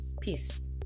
Peace